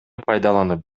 пайдаланып